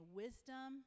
wisdom